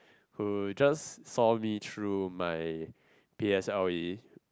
who just saw me through me P_S_L_E